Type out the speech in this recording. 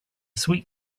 sweet